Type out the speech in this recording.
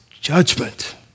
judgment